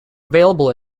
available